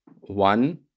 One